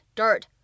dirt